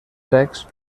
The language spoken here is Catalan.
secs